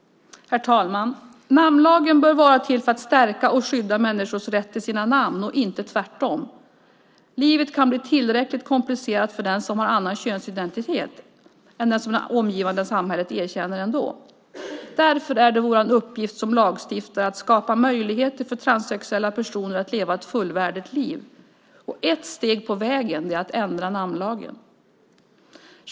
Herr talman! Namnlagen bör vara till för att stärka och skydda människors rätt till sina namn och inte tvärtom. Livet kan bli tillräckligt komplicerat för den som har en annan könsidentitet än den som det omgivande samhället erkänner. Därför är det vår uppgift som lagstiftare att skapa möjligheter för transsexuella personer att leva ett fullvärdigt liv. Ett steg på vägen är att ändra namnlagen.